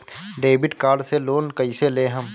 Debit card से loan कईसे लेहम?